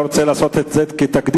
אני לא רוצה לעשות את זה כתקדים,